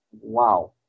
wow